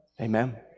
Amen